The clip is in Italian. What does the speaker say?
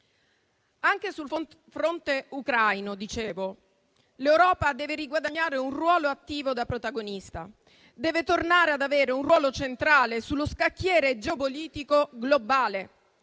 Anche sul fronte ucraino l'Europa deve riguadagnare un ruolo attivo da protagonista, deve tornare ad avere un ruolo centrale sullo scacchiere geopolitico globale.